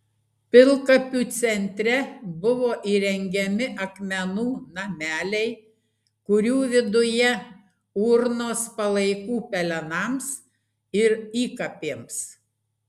pilkapių centre buvo įrengiami akmenų nameliai kurių viduje urnos palaikų pelenams ir įkapėms